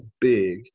big